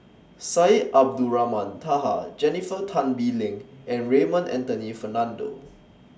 Syed Abdulrahman Taha Jennifer Tan Bee Leng and Raymond Anthony Fernando